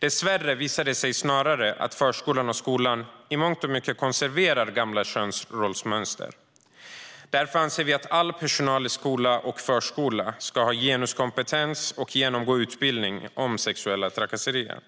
Dessvärre visar det sig att skolan och förskolan snarare konserverar gamla könsrollsmönster i mångt och mycket. Därför anser vi att all personal i skola och förskola ska ha genuskompetens och genomgå utbildning om sexuella trakasserier.